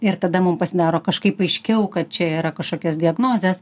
ir tada mum pasidaro kažkaip aiškiau kad čia yra kažkokios diagnozės